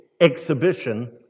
exhibition